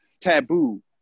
taboo